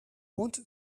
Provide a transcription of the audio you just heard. want